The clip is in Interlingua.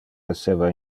esseva